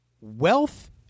wealth